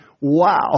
wow